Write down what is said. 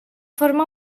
forma